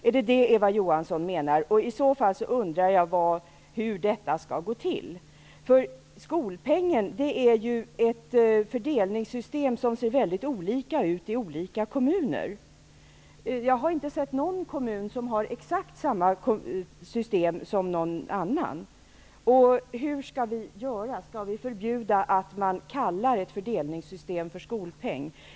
Är det detta Eva Johansson menar? I så fall undrar jag hur detta skall gå till. Skolpengen utgör ett fördelningssystem som varierar mycket mellan olika kommuner. Jag har inte sett någon kommun som har exakt samma system som någon annan kommun. Hur skall vi göra? Skall vi förbjuda att man kallar ett fördelningssystem för skolpeng?